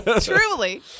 truly